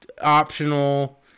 optional